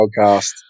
Podcast